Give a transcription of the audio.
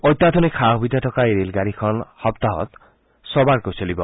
অত্যাধুনিক সা সুবিধা থকা এই ৰেলগাডীখন সপ্তাহত ছবাৰকৈ চলিব